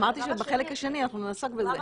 אמרתי שבחלק השני אנחנו נעסוק בזה.